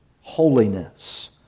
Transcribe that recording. holiness